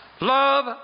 Love